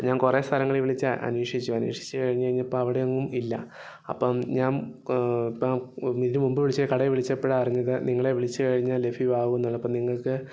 ഞാൻ കുറെ സ്ഥലങ്ങളിൽ വിളിച്ച് അന്വേഷിച്ചു അന്വേഷിച്ച് കഴിഞ്ഞ് കഴിഞ്ഞപ്പോൾ അവിടെയെങ്ങും ഇല്ല അപ്പം ഞാൻ ഇപ്പം ഇതിനുമുമ്പ് വിളിച്ച കടയിൽ വിളിച്ചപ്പഴാണ് അറിഞ്ഞത് നിങ്ങളെ വിളിച്ച് കഴിഞ്ഞാൽ ലഭ്യമാകുമെന്ന് ഉള്ളത് അപ്പം നിങ്ങൾക്ക്